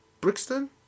Brixton